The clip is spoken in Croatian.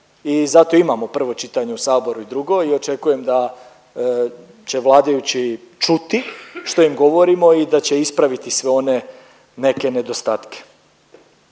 i zato imamo prvo čitanje u saboru i drugo i očekujem da će vladajući čuti što im govorimo i da će ispraviti sve one neke nedostatke.